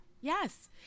yes